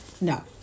No